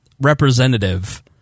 representative